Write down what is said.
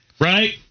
Right